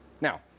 Now